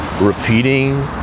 repeating